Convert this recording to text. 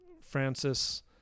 Francis